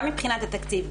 גם מבחינת התקציב,